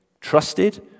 trusted